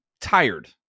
tired